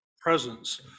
presence